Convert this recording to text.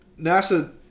NASA